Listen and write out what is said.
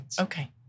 Okay